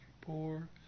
poor